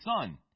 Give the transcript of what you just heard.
son